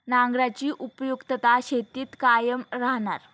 नांगराची उपयुक्तता शेतीत कायम राहणार